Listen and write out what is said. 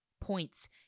points